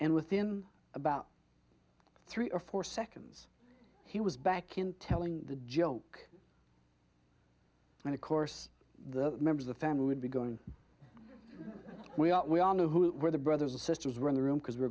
and within about three or four seconds he was back in telling the joke and of course the member of the family would be going we all knew who were the brothers and sisters were in the room because we